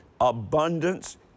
abundance